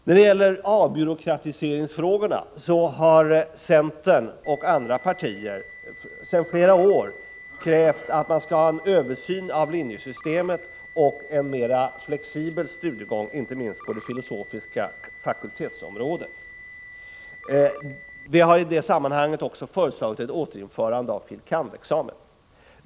När det gäller avbyråkratiseringsfrågorna har centern och andra partier sedan flera år krävt en översyn av linjesystemet och en mera flexibel studiegång, inte minst på de filosofiska fakulteterna. Vi har i det sammanhanget också föreslagit ett återinförande av fil.kand.-examen.